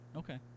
okay